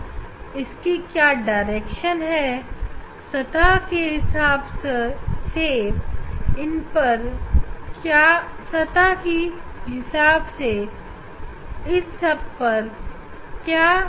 optic axis की दिशा crystal के धरातल के हिसाब से क्या है